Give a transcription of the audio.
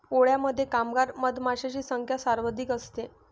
पोळ्यामध्ये कामगार मधमाशांची संख्या सर्वाधिक असते